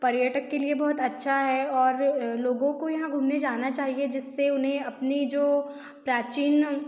पर्यटक के लिए बहुत अच्छा है और लोगों को यहाँ घूमने जाना चाहिए जिससे उन्हें अपनी जो प्राचीन